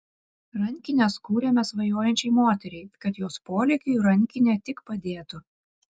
rankines kūrėme svajojančiai moteriai kad jos polėkiui rankinė tik padėtų